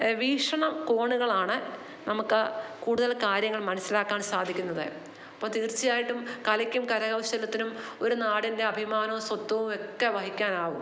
വീക്ഷണ കോണുകളാണ് നമുക്ക് കൂടുതൽ കാര്യങ്ങൾ മനസിലാക്കാൻ സാധിക്കുന്നത് അപ്പം തീർച്ചയായിട്ടും കലക്കും കരകൗശലത്തിനും ഒരു നാടിൻ്റെ അഭിമാനോം സ്വത്തുവയെക്കെ വഹിക്കാനാകും